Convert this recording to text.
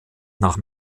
nach